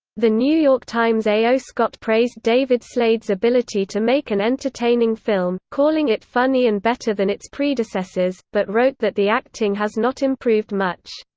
the new york times' a. o. scott praised david slade's ability to make an entertaining film, calling it funny and better than its predecessors, but wrote that the acting has not improved much.